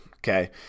Okay